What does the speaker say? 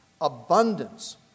abundance